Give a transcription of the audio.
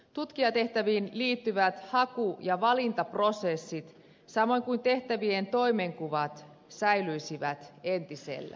tutkijatehtäviin liittyvät haku ja valintaprosessit samoin kuin tehtävien toimenkuvat säilyisivät entisel lään